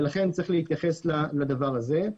ולכן צריך להתייחס לדבר הזה.